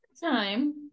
Time